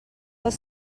els